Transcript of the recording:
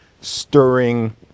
stirring